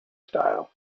style